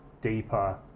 deeper